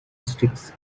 sticks